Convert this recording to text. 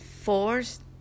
forced